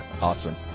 Awesome